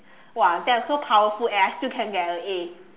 !wow! they're so powerful and I can still get a A